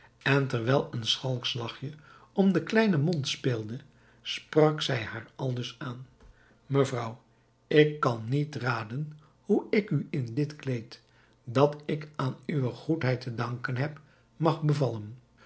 en terwijl een schalksch lachje om den kleinen mond speelde sprak zij haar aldus aan mevrouw ik kan niet raden hoe ik u in dit kleed dat ik aan uwe goedheid te danken heb mag bevallen